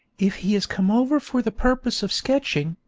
if he has come over for the purpose of sketching,